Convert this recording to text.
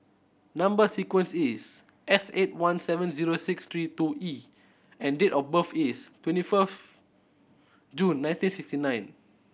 number sequence is S eight one seven zero six three two E and date of birth is twenty fourth June nineteen sixty nine